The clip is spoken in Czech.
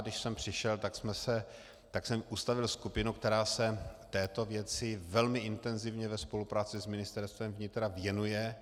Když jsem já přišel, tak jsem ustavil skupinu, která se této věci velmi intenzivně ve spolupráci s Ministerstvem vnitra věnuje.